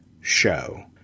show